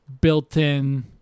built-in